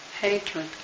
hatred